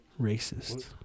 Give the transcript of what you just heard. racist